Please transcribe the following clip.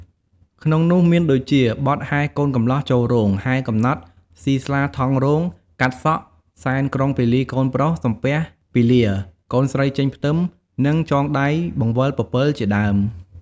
ក្នុងនោះមានដូចជា បទហែកូនកម្លោះចូលរោង ហែកំណត់ សុីស្លាថង់រង កាត់សក់ សែនក្រុងពាលីកូនប្រុស សំពះពេលា កូនស្រីចេញផ្ទឹម និងចងដៃបង្វិលពពិលជាដើម។